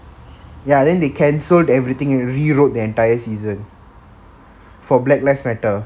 ya then they cancelled everything and rewrote the entire season four black lives matter